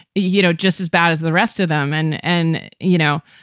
you know, just as bad as the rest of them. and, and you know,